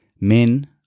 men